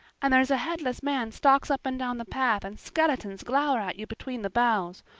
and there's a headless man stalks up and down the path and skeletons glower at you between the boughs.